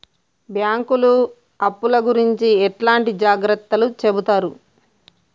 బ్యాంకులు అప్పుల గురించి ఎట్లాంటి జాగ్రత్తలు చెబుతరు?